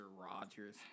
Rogers